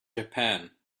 japan